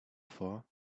far